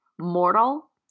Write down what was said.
mortal